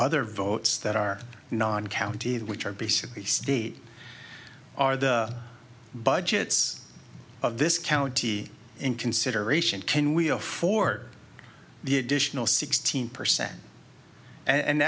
other votes that are non county which are basically state are the budgets of this county in consideration can we afford the additional sixteen percent and a